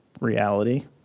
reality